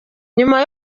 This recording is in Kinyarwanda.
nyuma